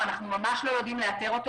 יודעים לאתר אותו,